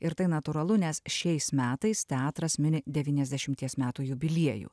ir tai natūralu nes šiais metais teatras mini devyniasdešimties metų jubiliejų